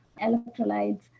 electrolytes